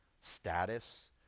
status